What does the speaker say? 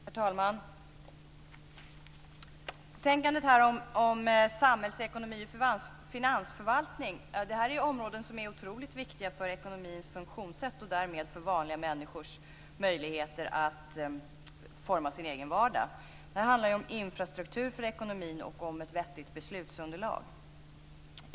Herr talman! Betänkandet handlar om samhällsekonomi och finansförvaltning. Det är områden som är otroligt viktiga för ekonomins funktionssätt, och därmed för vanliga människors möjligheter att forma sin egen vardag. Det handlar om infrastruktur för ekonomin och om ett vettigt beslutsunderlag.